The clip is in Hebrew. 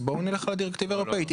אז בואו נלך על הדירקטיבה האירופאית.